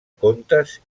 contes